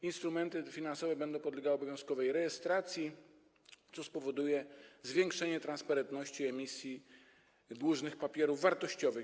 Instrumenty finansowe będą podlegały obowiązkowej rejestracji, co spowoduje zwiększenie transparentności emisji dłużnych papierów wartościowych.